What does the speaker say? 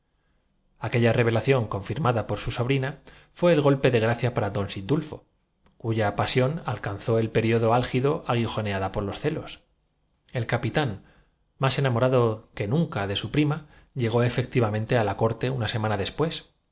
aquella revelación confirmada por su sobrina fué su caso con la muda había sido una chanca matrimo el golpe de gracia para don sindulfo cuya pasión al nial cedida al primer postor llegó á figurarse que su canzó el período álgido aguijoneada por los celos el cara era moneda de buena ley para adquirir tan bajo capitán más enamorado que nunca de su prima llegó precio artículos no averiados y siempre se la estaba efectivamente á la corte una semana después